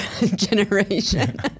generation